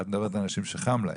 ואת מדברת על אנשים שחם להם.